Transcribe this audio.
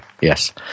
Yes